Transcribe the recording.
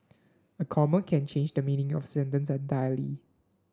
a comma can change the meaning of sentence entirely